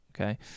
Okay